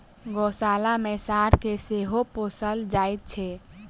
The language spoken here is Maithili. गोशाला मे साँढ़ के सेहो पोसल जाइत छै